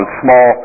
small